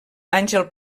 àngel